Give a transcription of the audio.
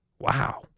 Wow